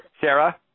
Sarah